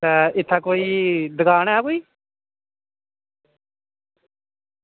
इत्थें कोई दुकान ऐ कोई